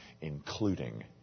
including